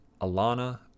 Alana